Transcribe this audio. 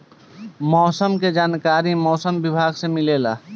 मौसम के जानकारी मौसम विभाग से मिलेला?